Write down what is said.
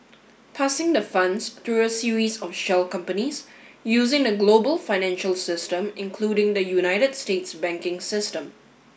passing the funds through a series of Shell companies using the global financial system including the United States banking system